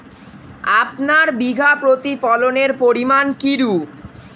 আপনার বিঘা প্রতি ফলনের পরিমান কীরূপ?